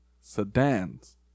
sedans